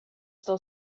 still